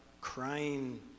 crying